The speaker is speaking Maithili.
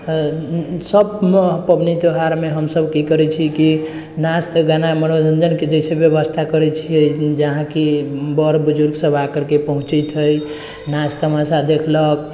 सबमे पाबनि त्योहारमे हमसब की करै छी कि नाच तऽ गाना मनोरञ्जनके जइसे बेबस्था करै छिए जहाँ कि बड़ बुजुर्गसब आ करिके पहुँचैत हइ नाच तमाशा देखलक